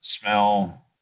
smell